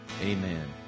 amen